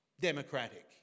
democratic